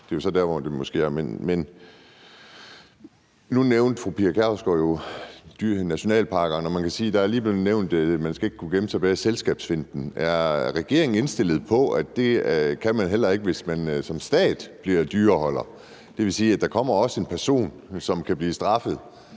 bliver noget handling efterfølgende. Nu nævnte fru Pia Kjærsgaard jo dyr i nationalparkerne, og man kan sige, at der lige er blevet nævnt, at man ikke skal kunne gemme sig bag selskabsfinten. Er regeringen indstillet på, at det kan man heller ikke, hvis man som stat bliver dyreholder? Det vil sige, at der også kommer en person, som kan blive straffet